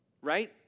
right